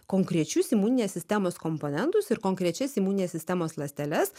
konkrečius imuninės sistemos komponentus ir konkrečias imuninės sistemos ląsteles